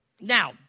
Now